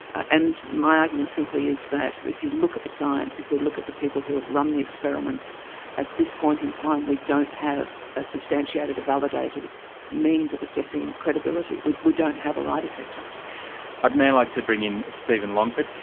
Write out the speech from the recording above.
and my argument simply is that if you look at the science, if we look at the people who have run the experiments at this point in time, we don't have a substantiated, a validated means of assessing credibility. we we don't have a lie-detector. i'd now like to bring in steven longford.